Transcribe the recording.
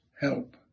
help